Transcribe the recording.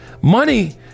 Money